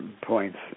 points